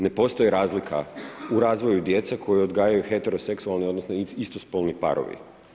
Ne postoji razlika u razvoju djece koju odgajaju heteroseksualni odnosno istospolni parovi.